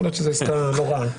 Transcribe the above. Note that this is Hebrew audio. יכול להיות שזה עסקה לא רעה.